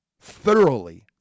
thoroughly